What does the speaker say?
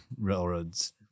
railroads